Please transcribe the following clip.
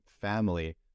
family